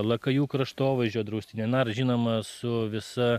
lakajų kraštovaizdžio draustinio na ir žinoma su visa